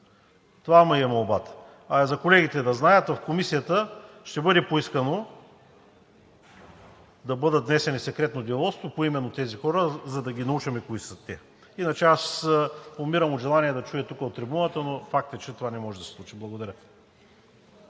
Това е молбата ми. А за колегите, да знаят: в Комисията ще бъде поискано да бъдат внесени в Секретното деловодство поименно тези хора, за да ги научим кои са те. Иначе аз умирам от желание да го чуя тук от трибуната, но факт е, че това не може да се случи. Благодаря.